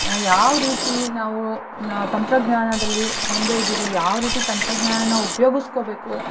ಯಾವ ರೀತಿ ನಾವು ತಂತ್ರಜ್ಞಾನದಲ್ಲಿಯೂ ಮುಂದೆ ಇದ್ದೀವಿ ಯಾವ ರೀತಿ ತಂತ್ರಜ್ಞಾನ ಉಪಯೋಗಿಸ್ಕೊಬೇಕು